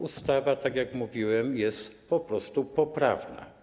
Ustawa, tak jak mówiłem, jest po prostu poprawna.